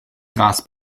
gras